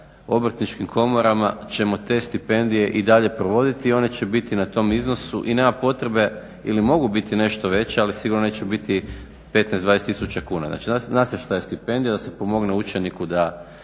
Obrtničkim komorama ćemo te stipendije i dalje provoditi i one će biti na tom iznosu i nema potrebe ili mogu biti nešto veće, ali sigurno neće biti 15, 20000 kuna. Znači, zna se šta je stipendija, da se pomogne učeniku da